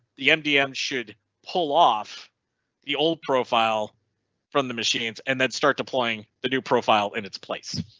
the mdm should pull off the old profile from the machines, and then start deploying the new profile in its place.